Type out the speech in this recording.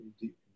deep